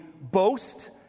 boast